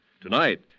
Tonight